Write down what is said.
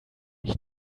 ich